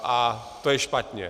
A to je špatně.